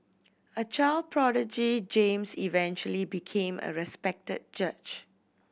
a child prodigy James eventually became a respected judge